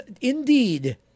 indeed